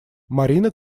марина